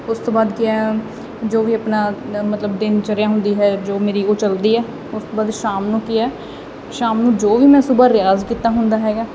ਉਸ ਤੋਂ ਬਾਅਦ ਕੀ ਹੈ ਜੋ ਵੀ ਆਪਣਾ ਮਤਲਬ ਦਿਨ ਚਰਿਆ ਹੁੰਦੀ ਹੈ ਜੋ ਮੇਰੀ ਉਹ ਚੱਲਦੀ ਹੈ ਉਸ ਤੋਂ ਬਾਅਦ ਸ਼ਾਮ ਨੂੰ ਕੀ ਹੈ ਸ਼ਾਮ ਨੂੰ ਜੋ ਵੀ ਮੈਂ ਸੁਬਹਾ ਰਿਆਜ਼ ਕੀਤਾ ਹੁੰਦਾ ਹੈਗਾ